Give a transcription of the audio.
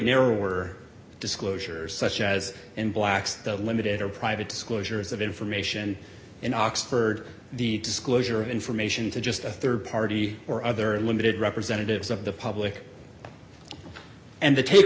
narrower disclosures such as in black's the limited or private disclosures of information in oxford the disclosure of information to just a rd party or other limited representatives of the public and the